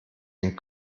den